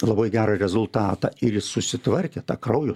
labai gerą rezultatą ir jis susitvarkė tą kraujo